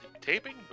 taping